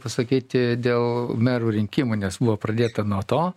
pasakyti dėl merų rinkimų nes buvo pradėta nuo to